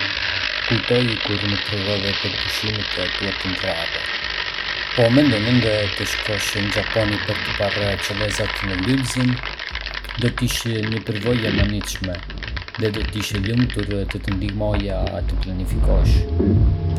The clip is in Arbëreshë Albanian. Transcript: E kujtoj kur më tregove për pushimet e tua të ëndrrave. Po mendon ende të shkosh në Japoni për të parë çelësat në lulëzim? Do të ishte një përvojë e mahnitshme, dhe do të isha i lumtur të të ndihmoja ta planifikosh!